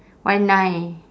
why nine